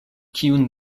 kiun